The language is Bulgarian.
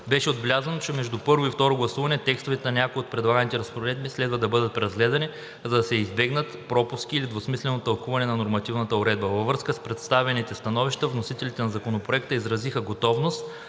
Беше отбелязано, че между първо и второ гласуване текстовете на някои от предлаганите разпоредби следва да бъдат преразгледани, за да се избегнат пропуски или двусмислено тълкуване на нормативната уредба. Във връзка с представените становища вносителите на Законопроекта изразиха готовност